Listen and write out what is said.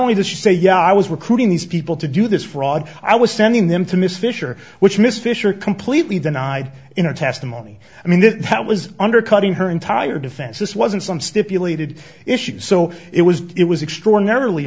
to say yeah i was recruiting these people to do this fraud i was sending them to miss fisher which miss fisher completely denied in her testimony i mean that that was undercutting her entire defense this wasn't some stipulated issues so it was it was extraordinarily